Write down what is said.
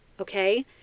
okay